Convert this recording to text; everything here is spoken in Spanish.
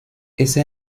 ese